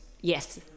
yes